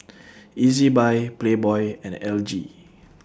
Ezbuy Playboy and L G